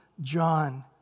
John